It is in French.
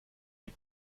les